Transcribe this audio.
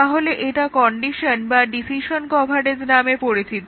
তাহলে এটা কন্ডিশন বা ডিসিশন কভারেজ নামে পরিচিত